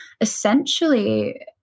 essentially